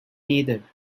neither